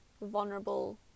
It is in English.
vulnerable